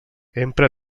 empra